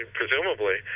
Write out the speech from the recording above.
presumably